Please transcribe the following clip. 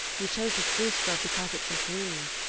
we chose the spruce grove because it's so gloomy.